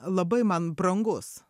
labai man brangus